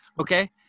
Okay